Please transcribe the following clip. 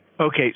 Okay